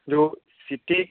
जो सिटी